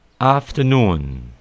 afternoon